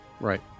right